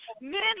Men